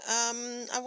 um I